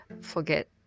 forget